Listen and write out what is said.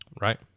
Right